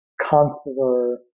consular